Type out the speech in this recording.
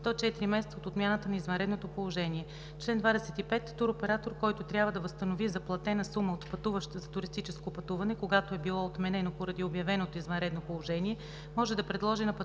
месеца от отмяната на извънредното положение. Чл. 25. Туроператор, който трябва да възстанови заплатена сума от пътуващ за туристическо пътуване, когато е било отменено поради обявеното извънредно положение, може да предложи на пътуващия